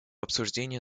обсуждения